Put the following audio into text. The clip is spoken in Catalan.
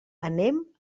anem